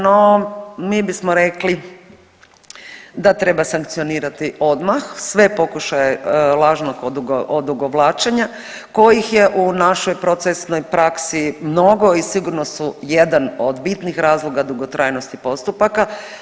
No, mi bismo rekli da treba sankcionirati odmah sve pokušaje lažnog odugovlačenja kojih je u našoj procesnoj praksi mnogo i sigurno su jedan od bitnih razloga dugotrajnosti postupaka.